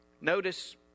Notice